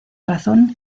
razón